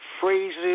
phrases